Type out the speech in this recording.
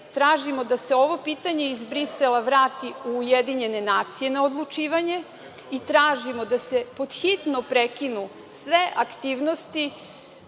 tražimo da se ovo pitanje iz Brisela vrati u UN na odlučivanje i tražimo da se pod hitno prekinu sve aktivnosti